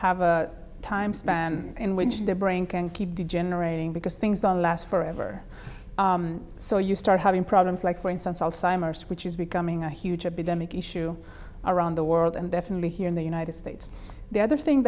have a time span in which the brain can keep degenerating because things don't last forever so you start having problems like for instance our simers which is becoming a huge epidemic issue around the world and definitely here in the united states the other thing